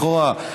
לכאורה.